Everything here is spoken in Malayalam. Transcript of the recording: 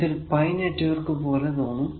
ഇത് ഒരു പൈ നെറ്റ്വർക്ക് പോലെ തോന്നും